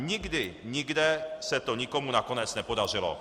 Nikdy nikde se to nikomu nakonec nepodařilo.